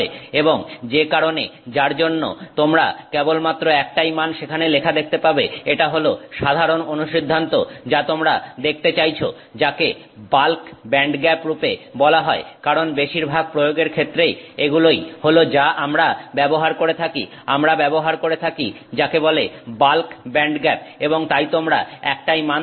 এবং যে কারণ যার জন্য তোমরা কেবলমাত্র একটাই মান সেখানে লেখা দেখতে পাবে এটা হল সাধারন অনুসিদ্ধান্ত যা তোমরা দেখতে চাইছো যাকে বাল্ক ব্যান্ডগ্যাপ রূপে বলা হয় কারণ বেশিরভাগ প্রয়োগের ক্ষেত্রে এগুলোই হল যা আমরা ব্যবহার করে থাকি আমরা ব্যবহার করে থাকি যাকে বলে বাল্ক ব্যান্ডগ্যাপ এবং তাই তোমরা একটাই মান দেখো